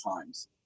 times